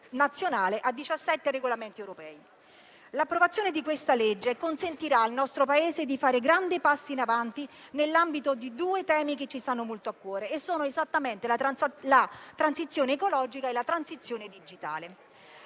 nazionale a 17 regolamenti europei. L'approvazione di questa legge consentirà al nostro Paese di fare grandi passi in avanti nell'ambito di due temi che ci stanno molto a cuore: la transizione ecologica e la transizione digitale.